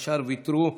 והשאר ויתרו.